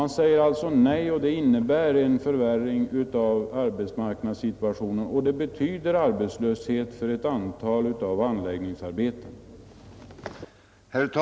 Vpk säger alltså nej, och det innebär ett förvärrande av arbetsmarknadssituationen och arbetslöshet för anläggningsarbetarna.